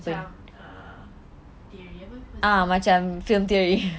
macam um theory apa itu